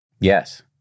Yes